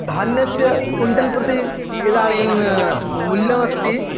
धान्यस्य क्विन्टल् प्रति इदानीं मूल्यमस्ति